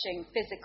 physical